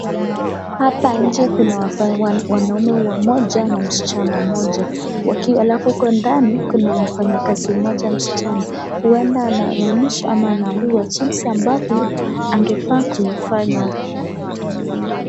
Hapa njee kuna wanaume wamoja na msichana moja alafu uko ndani Kuna mfanyikazi msichana huenda anambiwa jinsi ambao angefaa kuifaa ya.